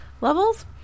levels